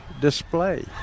display